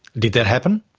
did that happen?